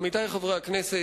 עמיתי חברי הכנסת,